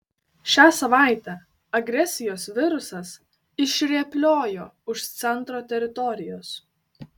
šią savaitę agresijos virusas išrėpliojo už centro teritorijos